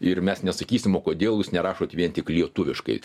ir mes nesakysim o kodėl jūs nerašot vien tik lietuviškai